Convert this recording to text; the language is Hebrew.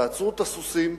תעצרו את הסוסים,